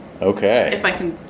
Okay